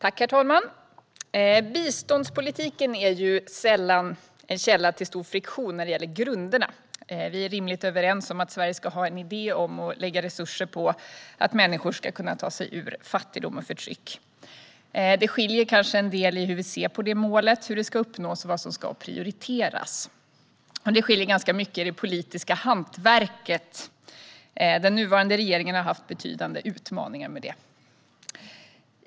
Herr talman! Biståndspolitiken är sällan en källa till stor friktion när det gäller grunderna. Vi är rimligt överens om att Sverige ska ha en idé om och lägga resurser på att människor ska kunna ta sig ur fattigdom och förtryck. Det skiljer kanske en del i hur vi ser på det målet, hur det ska uppnås och vad som ska prioriteras. Det skiljer sig också ganska mycket i det politiska hantverket. Den nuvarande regeringen har haft betydande utmaningar med det.